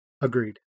agreed